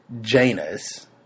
Janus